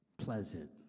pleasant